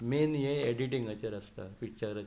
एडिटींगाचेर आसता पिक्चराचें